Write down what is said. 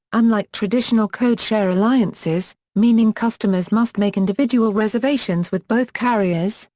unlike traditional codeshare alliances, meaning customers must make individual reservations with both carriers,